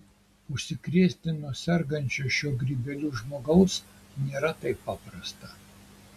užsikrėsti nuo sergančio šiuo grybeliu žmogaus nėra taip paprasta